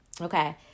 Okay